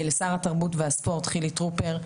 לשר התרבות והספורט חילי טרופר,